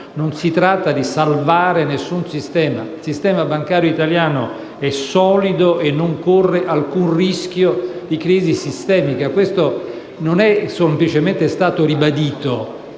non si tratta di salvare alcun sistema; il sistema bancario italiano è solido e non corre alcun rischio di crisi sistemica. Questo non è semplicemente stato ribadito,